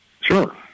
Sure